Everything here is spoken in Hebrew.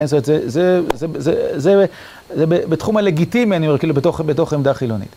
זה.. זה.. זה.. זה בתחום הלגיטימי אני אומר כאילו בתוך עמדה חילונית.